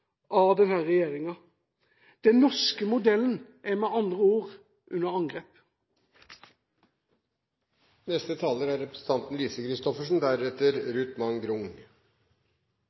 regjeringa. Den norske modellen er med andre ord under